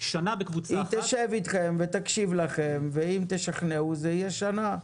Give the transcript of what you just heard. שנה בקבוצה אחת --- היא תשב אתכם ותקשיב לכם ואם תשכנעו זה יהיה שנה,